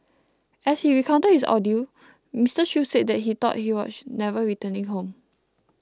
as he recounted his ordeal Mister Shoo said that he thought he was never returning home